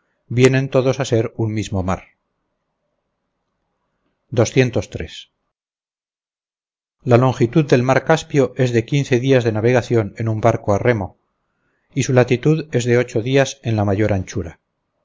vienen todos a ser un mismo mar la longitud del mar caspio es de quince días de navegación en un barco al remo y su latitud es de ocho días en la mayor anchura